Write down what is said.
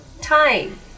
time